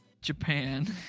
japan